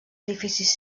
edificis